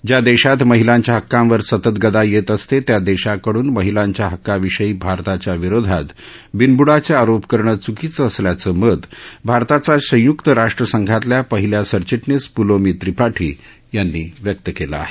ज्या देशात महिलांच्या हक्कांवर सतत गदा येत असते त्या देशाकडून महिलांच्या हक्काविषयी भारताच्या विरोधात बिनब्डाचे आरोप करणं च्कीचं असल्याचं मत भारताच्या संयुक्त राष्ट्र संघातल्या पहिल्या सरचिटणीस पुलोमी त्रिपाठी यांनी व्यक्त केलं आहे